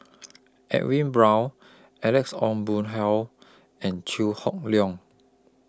Edwin Brown Alex Ong Boon Hau and Chew Hock Leong